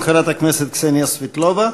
חברת הכנסת קסניה סבטלובה,